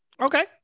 Okay